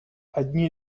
одни